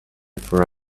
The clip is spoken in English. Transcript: for